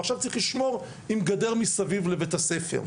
ועכשיו צריך לשמור עם גדר מסביב לבית הספר.